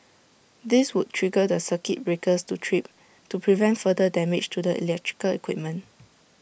this would trigger the circuit breakers to trip to prevent further damage to the electrical equipment